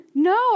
No